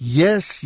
yes